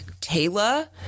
Taylor